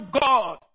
God